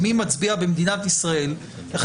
אם מישהו יגיש בג"ץ מתוך אלה --- איזה הוראה קיימת בחוק הכנסת,